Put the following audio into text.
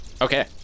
Okay